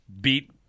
beat